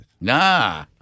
Nah